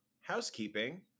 Housekeeping